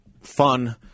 fun